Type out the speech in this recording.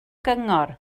gyngor